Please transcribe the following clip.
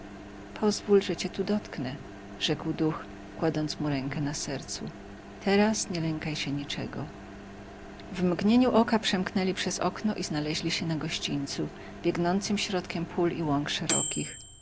pozwól że cię tu dotknę rzekł duch kładąc mu rękę na sercu teraz nie lękaj się niczego w mgnieniu oka przemknęli przez okno i znaleźli się na gościńcu biegnącym środkiem pól i łąk szerokich